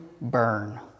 burn